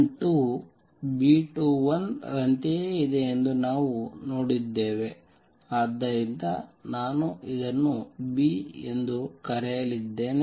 ಮತ್ತು B12 B21 ರಂತೆಯೇ ಇದೆ ಎಂದು ನಾವು ನೋಡಿದ್ದೇವೆ ಆದ್ದರಿಂದ ನಾನು ಇದನ್ನು B ಎಂದು ಕರೆಯಲಿದ್ದೇನೆ